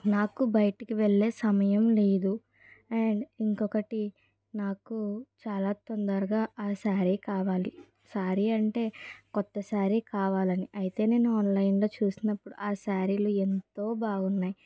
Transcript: నాకు బయటకు వెళ్ళే సమయం లేదు అండ్ ఇంకొకటి నాకు చాలా తొందరగా ఆ శారీ కావాలి శారీ అంటే కొత్త శారీ కావాలని అయితే నేను ఆన్లైన్ లో చూసినప్పుడు ఆ శారీలు ఎంతో బాగున్నాయి